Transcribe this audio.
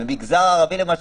למגזר הערבי בפרט,